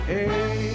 Hey